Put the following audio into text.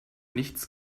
nichts